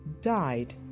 died